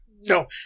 no